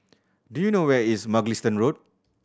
do you know where is Mugliston Road